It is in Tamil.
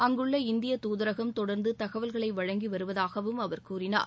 அங்குள்ள இந்திய தூதரகம் தொடர்ந்து தகவல்களை வழங்கி வருவதாகவும் அவர் கூறினார்